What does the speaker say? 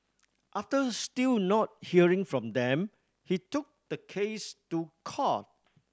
after still not hearing from them he took the case to court